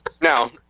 Now